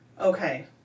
Okay